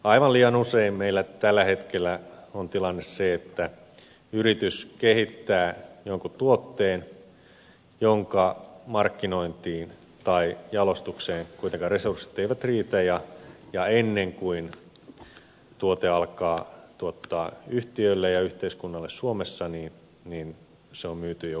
aivan liian usein meillä tällä hetkellä on tilanne se että yritys kehittää jonkun tuotteen jonka markkinointiin tai jalostukseen kuitenkaan resurssit eivät riitä ja ennen kuin tuote alkaa tuottaa yhtiölle ja yhteiskunnalle suomessa niin se on myyty jo ulkomaisiin käsiin